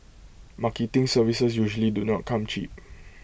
marketing services usually do not come cheap